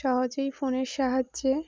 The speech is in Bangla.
সহজেই ফোনের সাহায্যে